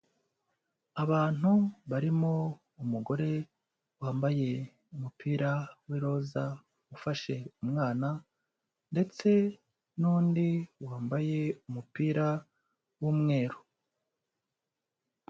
Abantu barimo umugore wambaye umupira w' iroza ufashe umwana, ndetse n'undi wambaye umupira w'umweru.